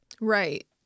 Right